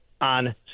on